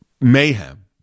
mayhem